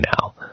now